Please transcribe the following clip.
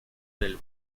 del